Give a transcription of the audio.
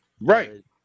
Right